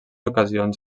ocasions